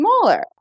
smaller